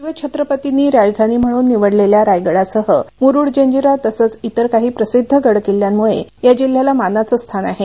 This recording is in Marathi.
शिवछत्रपतींनी राजधानी म्हणून निवडलेल्या रायगडासह मुरुड जंजिरा तसंच इतर काही प्रसिद्ध गड किल्ल्यांमुळे या जिल्ह्याला मानाचं स्थान आहे